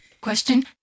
Question